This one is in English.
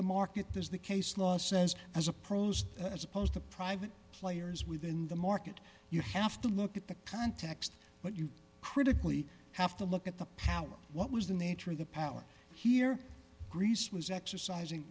the market there's the case law says as a pros as opposed to private players within the market you have to look at the context but you critically have to look at the power what was the nature of the power here greece was exercising